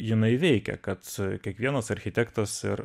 jinai veikia kad kiekvienas architektas ir